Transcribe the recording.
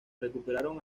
recuperaron